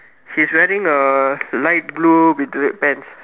she's wearing a light blue with red pants